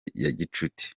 gicuti